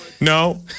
no